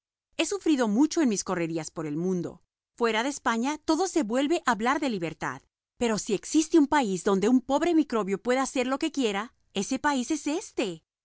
he sufrido mucho en mis correrías por el mundo fuera de españa todo se vuelve hablar de libertad pero si existe algún país donde un pobre microbio puede hacer lo que quiera ese país es éste